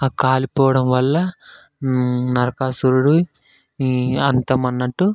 ఆ కాలిపోవడం వల్ల నరకాసురుడు ఈ అంతం అన్నట్టు